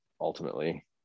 ultimately